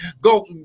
Go